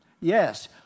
Yes